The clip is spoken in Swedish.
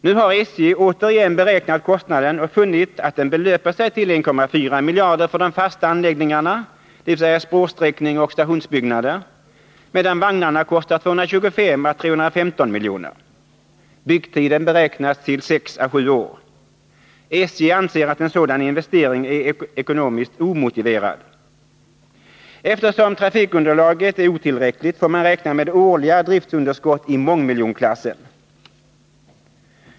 Nu har SJ återigen beräknat kostnaden och funnit att den belöper sig till 1,4 miljarder för de fasta anläggningarna, dvs. spårsträckning och stationsbyggnader, medan vagnarna kostar 225-315 miljoner. Byggtiden beräknas till 6 å 7 år. SJ anser att en sådan investering är ekonomiskt omotiverad. Eftersom trafikunderlaget är otillräckligt får man räkna med årliga driftsunderskott i mångmiljonklassen.